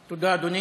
תודה, אדוני,